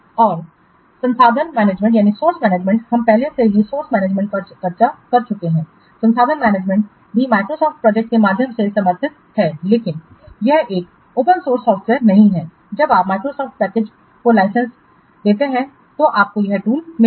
और संसाधन मैनेजमेंट हम पहले ही संसाधन मैनेजमेंट पर चर्चा कर चुके हैं संसाधन मैनेजमेंट भी Microsoft प्रोजेक्ट के माध्यम से समर्थित है लेकिन यह एक खुला स्रोत सॉफ़्टवेयर नहीं है जब आप Microsoft पैकेज को लाइसेंस देते हैं तो आपको यह टूल मिलेगा